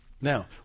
Now